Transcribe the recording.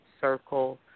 Circle